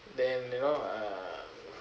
then you know uh